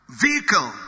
vehicle